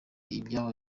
ibyabo